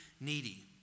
needy